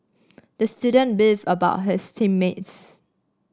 the student beefed about his team mates